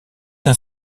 d’un